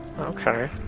Okay